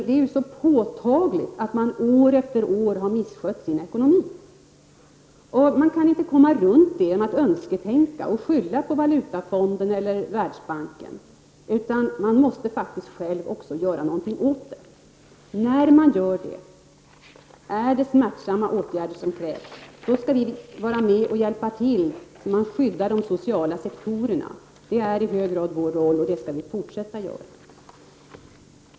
Det är så påtagligt att det landet år efter år har misskött sin ekonomi. Det går inte att komma runt detta genom att önsketänka och skylla på Valutafonden eller Världsbanken. Man måste faktiskt också själv göra något åt saken. Det är smärtsamma åtgärder som måste vidtas. Då skall vi hjälpa till genom att skydda de sociala sektorerna. Det är i hög grad vår roll, och den skall vi fortsätta med.